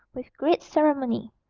with great ceremony,